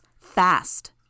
fast